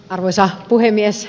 arvoisa puhemies